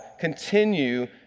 continue